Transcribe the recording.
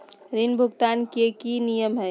ऋण भुगतान के की की नियम है?